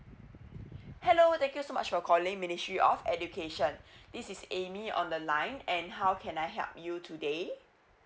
hello thank you so much for calling ministry of education this is amy on the line and how can I help you today